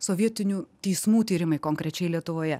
sovietinių teismų tyrimai konkrečiai lietuvoje